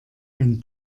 wenn